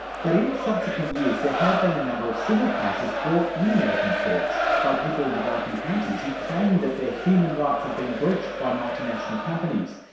but in subsequent years, there have been a number of civil cases brought in american courts by people in developing countries who claim that their human rights have been breached by multinational companies.